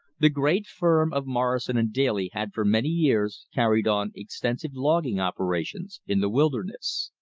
the great firm of morrison and daly had for many years carried on extensive logging operations in the wilderness.